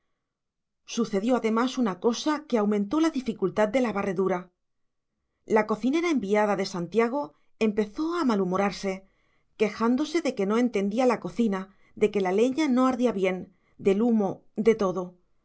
sucedió además una cosa que aumentó la dificultad de la barredura la cocinera enviada de santiago empezó a malhumorarse quejándose de que no entendía la cocina de que la leña no ardía bien del humo de todo